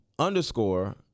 underscore